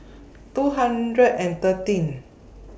two hundred and thirteen